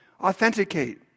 Authenticate